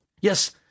Yes